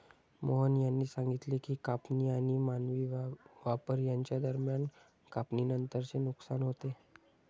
मोहन यांनी सांगितले की कापणी आणि मानवी वापर यांच्या दरम्यान कापणीनंतरचे नुकसान होते